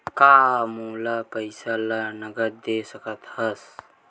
का मोला पईसा ला नगद दे सकत हव?